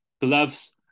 gloves